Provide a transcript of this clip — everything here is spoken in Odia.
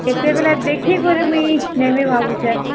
କେତେବେଳେ ଦେଖି କରି ମୁଁ ନେବି ଭାବୁଛି